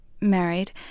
married